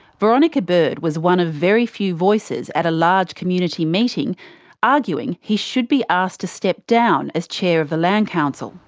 veronica bird was one of very few voices at a large community meeting arguing he should be asked to step down as chair of the land council.